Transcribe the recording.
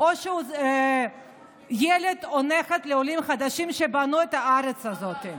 בעצמו או שהוא ילד או נכד לעולים חדשים שבנו את הארץ הזאת.